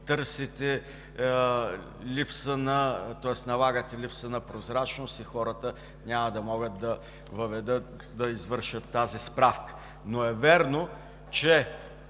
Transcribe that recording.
налагате липсата на прозрачност и хората няма да могат да извършат тази справка. Но е вярно, че